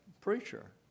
preacher